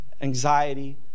anxiety